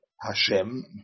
Hashem